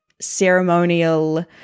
ceremonial